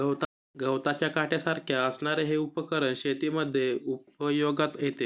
गवताच्या काट्यासारख्या असणारे हे उपकरण शेतीमध्ये उपयोगात येते